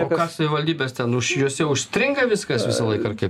o ką savivaldybės ten už jose užstringa viskas visą laiką ar kaip